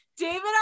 David